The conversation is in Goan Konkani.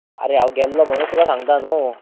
आरे हांव गेल्लों म्हणूच तुका सांगता न्हू